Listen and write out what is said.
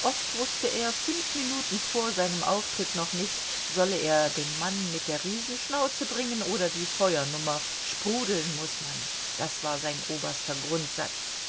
oft wußte er fünf minuten vor seinem auftritt noch nicht solle er den mann mit der riesenschnauze bringen oder die feuernummer sprudeln muß man das war sein oberster grundsatz